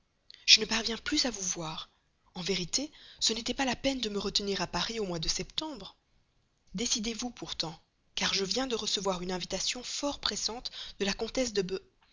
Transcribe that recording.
je ne parviens plus à vous voir en vérité ce n'était pas la peine de me retenir à paris au mois de septembre décidez-vous pourtant car je viens de recevoir une invitation fort pressante de la comtesse de